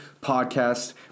podcast